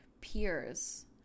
peers